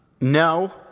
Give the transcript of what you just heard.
No